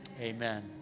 Amen